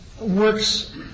works